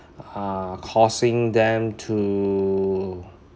uh causing them to